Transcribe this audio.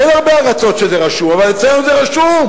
אין הרבה ארצות שזה רשום, אבל אצלנו זה רשום.